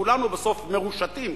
כולנו בסוף מרושתים,